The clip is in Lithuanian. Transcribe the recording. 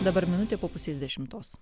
dabar minutė po pusės dešimtos